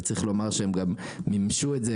וצריך לומר שהם גם מימשו את זה,